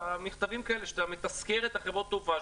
מכתבים כאלה שאתה מתזכר את חברות התעופה,